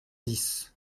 dix